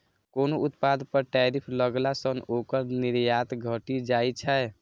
कोनो उत्पाद पर टैरिफ लगला सं ओकर निर्यात घटि जाइ छै